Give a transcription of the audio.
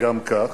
גם כך.